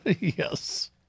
Yes